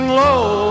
low